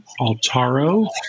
Altaro